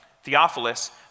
Theophilus